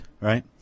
Right